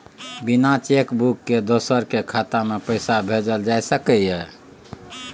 बिना cheque book के दोसर के खाता में पैसा भेजल जा सकै ये?